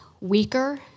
weaker